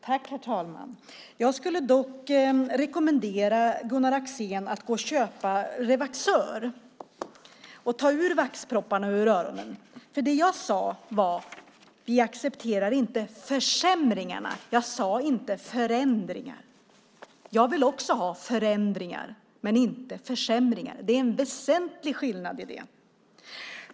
Herr talman! Jag skulle rekommendera Gunnar Axén att köpa Revaxör och ta ut vaxpropparna ur öronen. Det jag sade var att vi inte accepterar försämringarna - jag sade inte förändringar. Jag vill också ha förändringar, men inte försämringar. Det är en väsentlig skillnad.